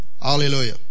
Hallelujah